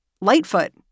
Lightfoot